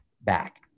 back